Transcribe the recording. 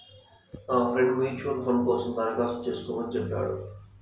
నా friend mutual fund కోసం దరఖాస్తు చేస్కోమని చెప్పాడు